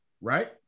right